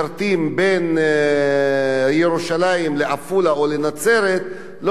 ירושלים לעפולה או לנצרת לא עוצרים באום-אל-פחם,